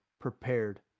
prepared